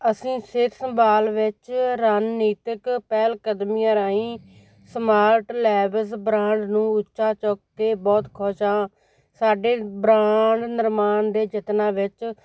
ਅਸੀਂ ਸਿਹਤ ਸੰਭਾਲ ਵਿੱਚ ਰਣਨੀਤਿਕ ਪਹਿਲਕਦਮੀਆਂ ਰਾਹੀਂ ਸਮਾਰਟ ਲੈਬਜ਼ ਬ੍ਰਾਂਡ ਨੂੰ ਉੱਚਾ ਚੁੱਕ ਕੇ ਬਹੁਤ ਖੁਸ਼ ਹਾਂ ਸਾਡੇ ਬ੍ਰਾਂਡ ਨਿਰਮਾਣ ਦੇ ਯਤਨਾਂ ਵਿੱਚ